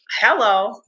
hello